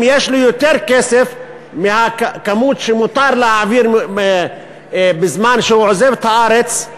אם יש לו יותר כסף מהכמות שמותר להעביר בזמן שהוא עוזב את הארץ,